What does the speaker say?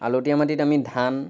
আলতীয়া মাটিত আমি ধান